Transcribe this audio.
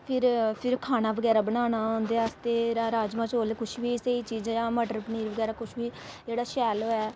फिर फिर खाना बगैरा बनाना उंदे आस्तै राजमांह् चौल कुछ बी स्हेई चीज़ां जां मटर पनीर बगैरा कुछ बी जेह्ड़ा शैल होऐ